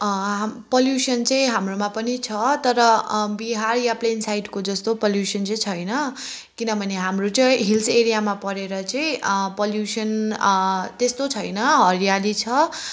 pollution चाहिँ हाम्रोमा पनि छ तर बिहार या प्लेन साइडको जस्तो पलुसन चाहिँ छैन किनभने हाम्रो चाहिँ हिल्स एरियामा परेर चाहिँ पलुसन त्यस्तो छैन हरियाली छ